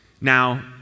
Now